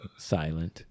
silent. (